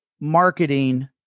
marketing